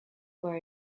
were